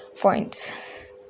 points